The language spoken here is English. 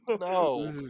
no